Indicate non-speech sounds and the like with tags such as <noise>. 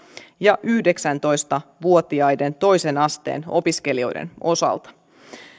<unintelligible> ja yhdeksäntoista vuotiaiden toisen asteen opiskelijoiden osalta